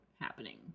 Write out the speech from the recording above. happening